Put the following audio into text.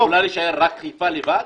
יכולה להישאר רק חיפה לבד?